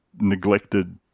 neglected